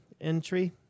entry